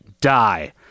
die